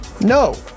No